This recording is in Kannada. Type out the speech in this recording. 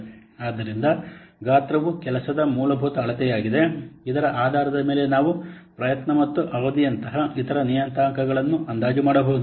ಆದ್ದರಿಂದ ಗಾತ್ರವು ಕೆಲಸದ ಮೂಲಭೂತ ಅಳತೆಯಾಗಿದೆ ಇದರ ಆಧಾರದ ಮೇಲೆ ನಾವು ಪ್ರಯತ್ನ ಮತ್ತು ಅವಧಿಯಂತಹ ಇತರ ನಿಯತಾಂಕಗಳನ್ನು ಅಂದಾಜು ಮಾಡಬಹುದು